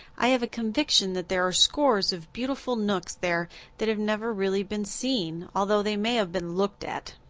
i have a conviction that there are scores of beautiful nooks there that have never really been seen although they may have been looked at.